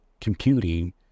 computing